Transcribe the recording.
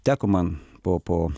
teko man po po